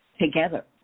together